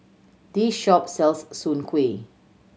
this shop sells soon kway